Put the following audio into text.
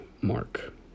mark